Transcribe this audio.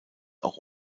auch